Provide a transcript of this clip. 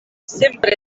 sempre